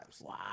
Wow